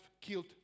killed